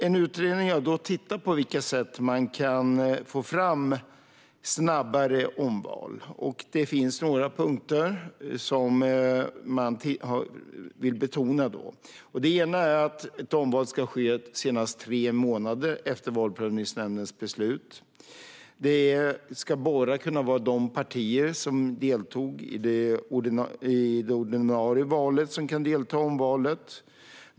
En utredning har tittat på vilka sätt man kan få fram snabbare omval på. Det finns några punkter som man vill betona. Ett omval ska ske senast tre månader efter Valprövningsnämndens beslut. Det ska bara vara de partier som deltog i det ordinarie valet som kan delta i omvalet.